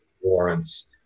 warrants